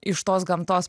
iš tos gamtos